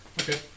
Okay